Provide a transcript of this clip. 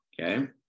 Okay